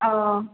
ও